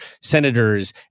senators